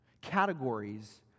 categories